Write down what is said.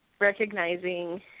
recognizing